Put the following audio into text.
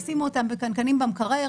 ישימו אותם בקנקנים במקרר,